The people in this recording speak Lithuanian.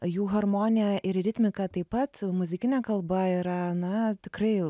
jų harmonija ir ritmika taip pat muzikinė kalba yra na tikrai